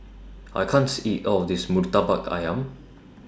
I can't eat All of This Murtabak Ayam